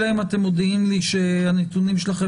אלא אם אתם מודיעים לי שהנתונים שלכם